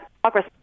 progress